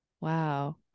Wow